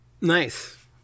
Nice